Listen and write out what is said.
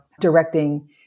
Directing